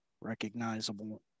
recognizable